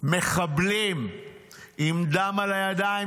מחבלים עם דם על הידיים.